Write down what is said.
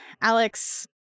Alex